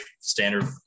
standard